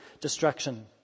destruction